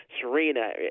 Serena